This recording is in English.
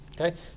Okay